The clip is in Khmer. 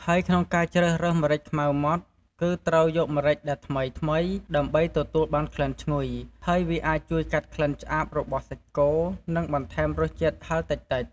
ហើយក្នុងការជ្រើសរើសម្រេចខ្មៅម៉ដ្ឋ គឺត្រូវយកម្រេចដែលថ្មីៗ ដើម្បីទទួលបានក្លិនឈ្ងុយ ហើយវាអាចជួយកាត់ក្លិនឆ្អាបរបស់សាច់គោ និងបន្ថែមរសជាតិហឹរតិចៗ។។